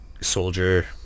soldier